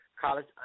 College